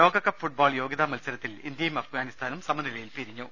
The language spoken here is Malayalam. ലോകകപ്പ് ഫുട്ബോൾ യോഗ്യത മത്സരത്തിൽ ഇന്ത്യയും അ ഫ്ഗാനിസ്ഥാനും സമനിലയിൽ പിരിഞ്ഞു